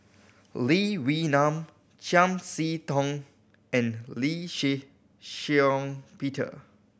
Lee Wee Nam Chiam See Tong and Lee Shih Shiong Peter